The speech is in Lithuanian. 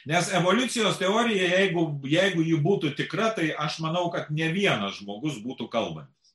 nes evoliucijos teorija jeigu jeigu ji būtų tikra tai aš manau kad ne vienas žmogus būtų kalbantis